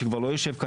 שכבר לא יושב כאן,